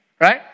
right